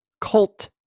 Cult